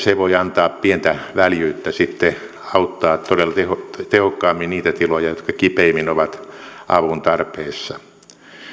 se voi antaa pientä väljyyttä sitten auttaa todella tehokkaammin niitä tiloja jotka kipeimmin ovat avun tarpeessa